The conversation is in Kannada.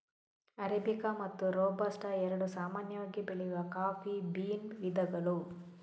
ಅರೇಬಿಕಾ ಮತ್ತು ರೋಬಸ್ಟಾ ಎರಡು ಸಾಮಾನ್ಯವಾಗಿ ಬೆಳೆಯುವ ಕಾಫಿ ಬೀನ್ ವಿಧಗಳು